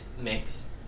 mix